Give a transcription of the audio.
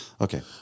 Okay